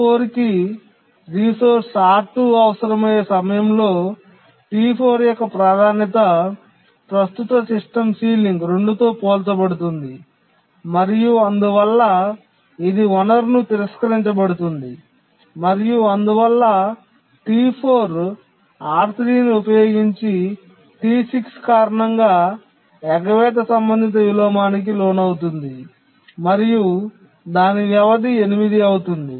T4 కి resource R2 అవసరమయ్యే సమయంలో T4 యొక్క ప్రాధాన్యత ప్రస్తుత సిస్టమ్ సీలింగ్ 2 తో పోల్చబడుతుంది మరియు అందువల్ల ఇది వనరును తిరస్కరించబడుతుంది మరియు అందువల్ల T4 R3 ఉపయోగించి T6 కారణంగా ఎగవేత సంబంధిత విలోమానికి లోనవుతుంది మరియు దాని వ్యవధి 8 అవుతుంది